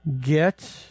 get